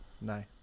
no